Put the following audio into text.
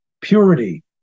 purity